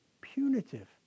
punitive